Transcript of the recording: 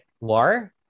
war